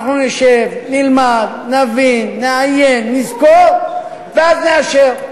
אנחנו נשב, נלמד, נבין, נעיין, נזכור, ואז נאשר.